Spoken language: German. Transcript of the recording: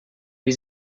wie